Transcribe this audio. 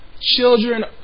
children